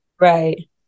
right